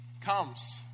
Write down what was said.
comes